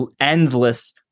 endless